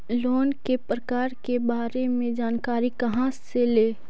Loan के प्रकार के बारे मे जानकारी कहा से ले?